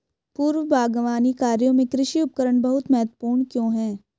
पूर्व बागवानी कार्यों में कृषि उपकरण बहुत महत्वपूर्ण क्यों है?